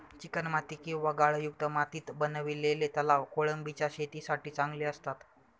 चिकणमाती किंवा गाळयुक्त मातीत बनवलेले तलाव कोळंबीच्या शेतीसाठी चांगले असतात